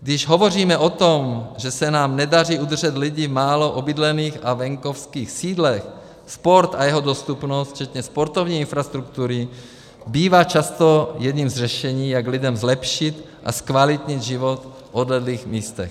Když hovoříme o tom, že se nám nedaří udržet lidi v málo obydlených a venkovských sídlech, sport a jeho dostupnost včetně sportovní infrastruktury bývá často jedním z řešení, jak lidem zlepšit a zkvalitnit život v odlehlých místech.